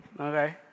okay